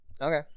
Okay